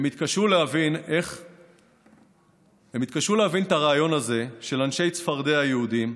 הם התקשו להבין את הרעיון הזה של אנשי צפרדע יהודים,